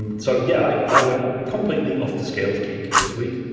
and so yeah, i went completely off the scale of geek this week.